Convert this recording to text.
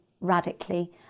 radically